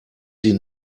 sie